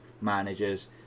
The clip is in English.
managers